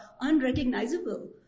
unrecognizable